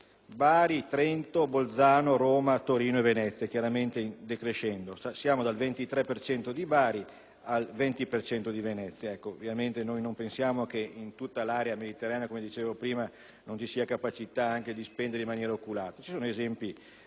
Bari, Trento, Bolzano, Roma, Torino e Venezia, chiaramente in ordine decrescente dal 23 per cento di Bari al 20 per cento di Venezia. Ovviamente, noi non pensiamo che in tutta l'area mediterranea manchi la capacità di spendere in maniera oculata. Vi sono esempi